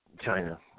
China